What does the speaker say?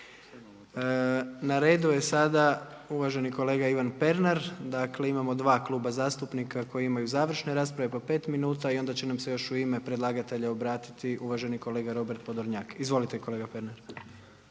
Na redu je sada uvaženi kolega Ivan Pernar. Dakle, imamo dva kluba zastupnika koji imaju završne rasprave po pet minuta i onda će nam se još u ime predlagatelja obratiti uvaženi kolega Robert Podolnjak. Izvolite kolega Pernar.